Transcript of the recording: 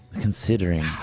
Considering